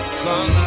sun